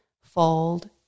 fold